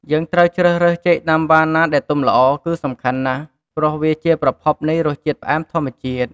យើងត្រូវជ្រើសរើសចេកណាំវ៉ាណាដែលទុំល្អ គឺសំខាន់ណាស់ ព្រោះវាជាប្រភពនៃរសជាតិផ្អែមធម្មជាតិ។